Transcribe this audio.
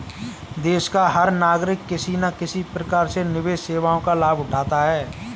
देश का हर नागरिक किसी न किसी प्रकार से निवेश सेवाओं का लाभ उठाता है